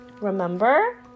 Remember